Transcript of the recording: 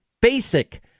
basic